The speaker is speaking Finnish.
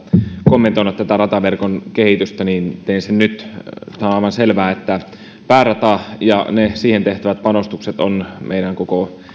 kommentoida tätä rataverkon kehitystä niin teen sen nyt tämä on aivan selvää että päärata ja siihen tehtävät panostukset ovat meidän koko